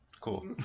Cool